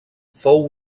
fou